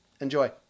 Enjoy